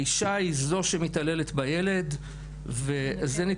האישה היא זו שמתעללת בילד --- איתי,